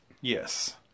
Yes